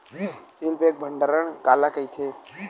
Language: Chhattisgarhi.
सील पैक भंडारण काला कइथे?